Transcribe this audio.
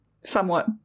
Somewhat